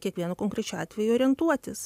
kiekvienu konkrečiu atveju orientuotis